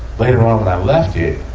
later on when i left it,